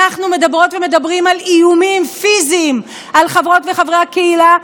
אנחנו מדברות ומדברים גם על איומים פיזיים על חברות וחברי הקהילה,